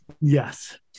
Yes